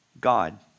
God